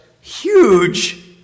huge